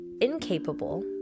incapable